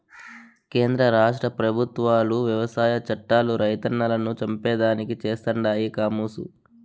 కేంద్ర రాష్ట్ర పెబుత్వాలు వ్యవసాయ చట్టాలు రైతన్నలను చంపేదానికి చేస్తండాయి కామోసు